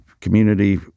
community